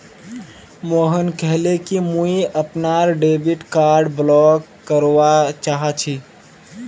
मोहन कहले कि मुई अपनार डेबिट कार्ड ब्लॉक करवा चाह छि